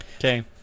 okay